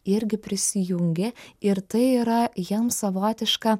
irgi prisijungė ir tai yra jiems savotiška